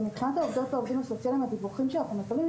שמבחינת העובדות והעובדים הסוציאליים הדיווחים שאנחנו מקבלים,